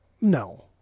No